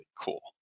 cool